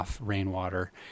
rainwater